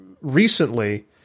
recently